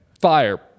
fire